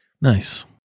Nice